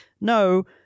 no